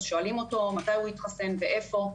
שואלים אותו מתי הוא התחסן ואיפה,